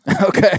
Okay